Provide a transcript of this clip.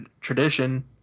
tradition